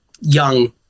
young